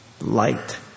light